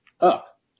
up